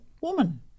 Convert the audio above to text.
Woman